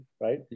right